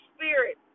Spirit